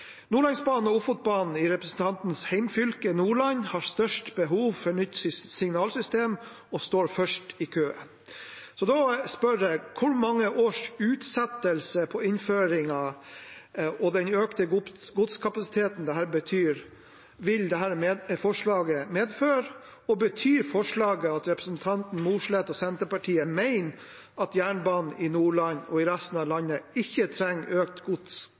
Nordlandsbanen og Ofotbanen i representantens hjemfylke Nordland har størst behov for nytt signalsystem og står først i køen. Da spør jeg: Hvor mange års utsettelse på innføringen og den økte godskapasiteten vil dette forslaget medføre, og betyr forslaget at representanten Mossleth og Senterpartiet mener at jernbanen i Nordland og resten av landet ikke trenger økt